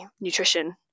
nutrition